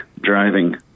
driving